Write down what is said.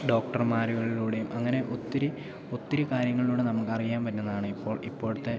ഡോക്ടർമാരുകളിലൂടെയും അങ്ങനെ ഒത്തിരി ഒത്തിരി കാര്യങ്ങളിലൂടെയും നമുക്കറിയാൻ പറ്റുന്നതാണിപ്പോൾ ഇപ്പോഴത്തെ